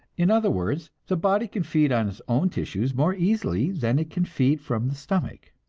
in other words, the body can feed on its own tissues more easily than it can feed from the stomach.